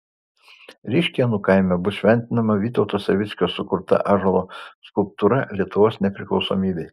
ryškėnų kaime bus šventinama vytauto savickio sukurta ąžuolo skulptūra lietuvos nepriklausomybei